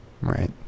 right